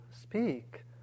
speak